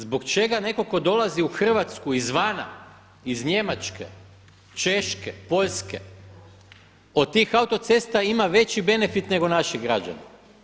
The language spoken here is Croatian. Zbog čega netko tko dolazi u Hrvatsku izvana, iz Njemačke, Češke, Poljske, od tih autocesta ima veći benefit nego naši građani.